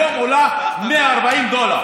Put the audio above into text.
היום היא עולה 140 דולר.